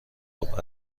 ربع